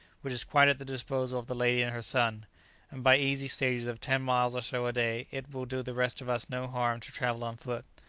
which is quite at the disposal of the lady and her son and by easy stages of ten miles or so a day, it will do the rest of us no harm to travel on foot.